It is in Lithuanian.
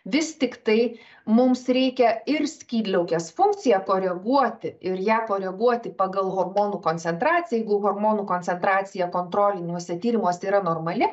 vis tiktai mums reikia ir skydliaukės funkciją koreguoti ir ją koreguoti pagal hormonų koncentraciją jeigu hormonų koncentracija kontroliniuose tyrimuose yra normali